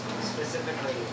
specifically